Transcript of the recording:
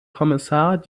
kommissar